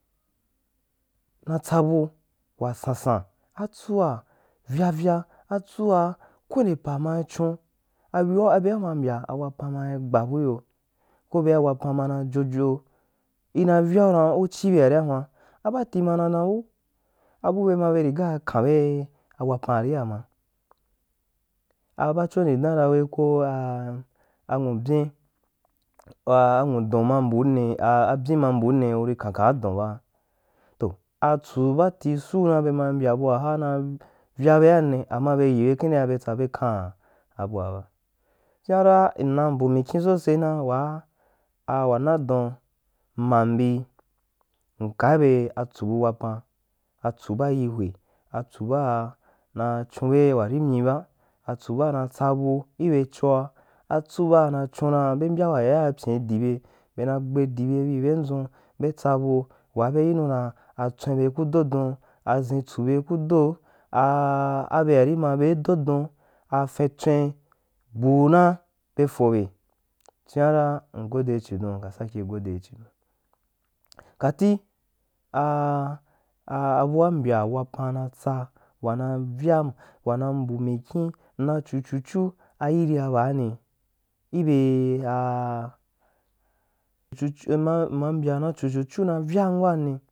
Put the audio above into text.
Na tsa bu wasansan, atsua vyavya atsua kwende paa na chun ayoaabe u ma mbya a wapan na gba bu iyo ko bea wapan mana jojo ina vyu dan u chi bearīa huan abaafu ma na dan we ebu be ma be kan be wapan aria ma abacho ndì dan i ra we ko a anwubyin a a anwu don ma mbunni anwubyin ma mbunni kui kan kaa adun ba, to atsu baati suu na be ma mbya bua ha na vyabeari ama be yiɓe kindea be tsa be kan abuaba jiara mna mbu mikyin sose, na waa wanadon man bi mka bye atsu bu wapan atsu baa cji hua atsu haa na chonbe waromyi ba atsu baa na tsa bu ibe choa atsu bana chon ra be mbya wa yaya i pyin di be be na gbe dibe bī byendʒun be tsa bu waa ba yinu ra atswen be ku dodon aʒin tsu be ku do a abe wari ma be dohdon afintswen gba u na be fe be chua ra mgode yi chidon kati abua mbya wapan na tsa wana vyam wana mbu mikyim m nai chu chu chu ayiria baani, ibe a chu mna mbya na chu chu chu na vya m wanni.